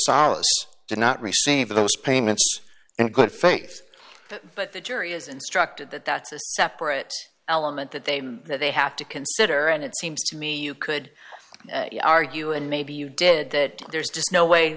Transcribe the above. did not receive those payments in good faith but the jury is instructed that that's a separate element that they that they have to consider and it seems to me you could argue and maybe you did that there's just no way